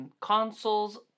consoles